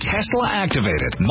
Tesla-activated